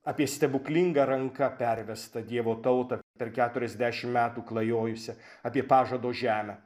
apie stebuklinga ranka pervestą dievo tautą per keturiasdešim metų klajojusią apie pažado žemę